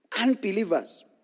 unbelievers